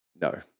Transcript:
No